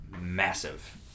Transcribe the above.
massive